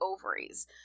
ovaries